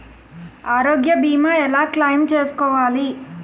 ఆరోగ్య భీమా ఎలా క్లైమ్ చేసుకోవాలి?